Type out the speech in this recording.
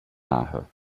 nahe